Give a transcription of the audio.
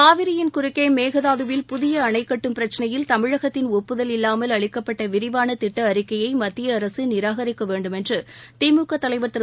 காவிரியின் குறுக்கே மேகதாதுவில் புதிய அணை கட்டும் பிரச்சினையில் தமிழகத்தின் ஒப்புதல் இல்லாமல் அளிக்கப்பட்ட விரிவான திட்ட அறிக்கையை மத்திய அரசு நிராகரிக்க வேண்டும் என்று திமுக தலைவர் திரு